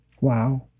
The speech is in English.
Wow